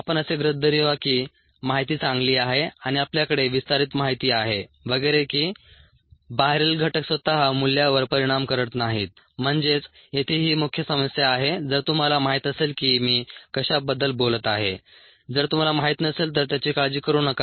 आपण असे गृहीत धरूया की माहिती चांगली आहे आणि आपल्याकडे विस्तारित माहिती आहे वगैरे की बाहेरील घटक स्वतः मूल्यावर परिणाम करणार नाहीत म्हणजेच येथे ही मुख्य समस्या आहे जर तुम्हाला माहित असेल की मी कशाबद्दल बोलत आहे जर तुम्हाला माहित नसेल तर त्याची काळजी करू नका